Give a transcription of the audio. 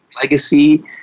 legacy